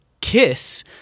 kiss